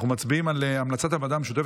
אנחנו מצביעים על המלצת הוועדה המשותפת